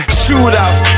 shootouts